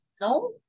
No